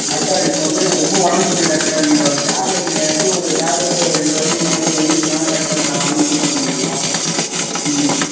doctor இப்போது வந்து எனக்கு ரொம்ப உடம்பு சரி இல்லை டாக்டர் நீங்கள் ஒரு டேப்லெட் நீங்கள் ஏதாச்சும் ஒரு டேப்லெட்டு ரெண்டு வேளைக்கு மூணு வேளைக்கு எழுதிக் கொடுத்தா தான் டாக்டர் நான் வந்து இது பண்ண முடியும் ம்